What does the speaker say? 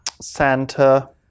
Santa